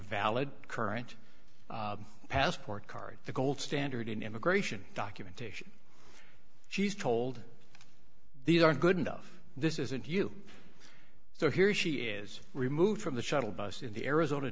valid current passport card the gold standard in immigration documentation she's told these aren't good enough this isn't you so here she is removed from the shuttle bus in the arizona